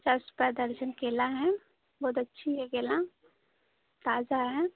पचास रुपए दर्जन केला है बहुत अच्छा है केला ताजा है